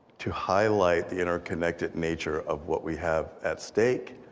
to highlight the interconnected nature of what we have at stake,